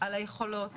על היכולות,